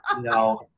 No